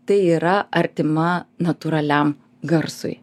tai yra artima natūraliam garsui